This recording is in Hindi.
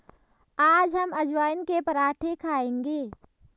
आज हम अजवाइन के पराठे खाएंगे